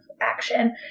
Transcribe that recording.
action